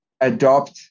adopt